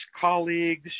colleagues